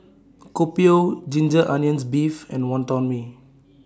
Kopi O Ginger Onions Beef and Wonton Mee